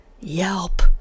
Yelp